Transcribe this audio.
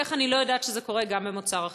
איך אני לא יודעת שזה קורה גם במוצר אחר?